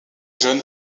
jeune